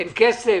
אין כסף